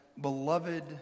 beloved